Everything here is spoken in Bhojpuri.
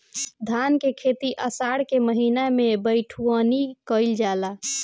धान के खेती आषाढ़ के महीना में बइठुअनी कइल जाला?